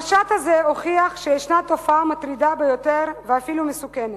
המשט הזה הוכיח שיש תופעה מטרידה ביותר ואפילו מסוכנת.